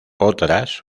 otras